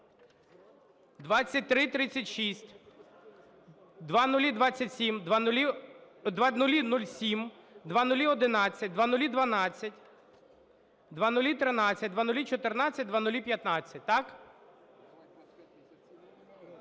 0027, 0007, 0011, 0012, 0013, 0014, 0015. Так?